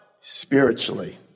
spiritually